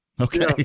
Okay